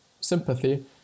sympathy